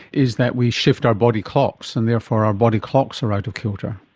is that we shift our body clocks and therefore our body clocks are out of kilter.